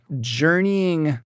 journeying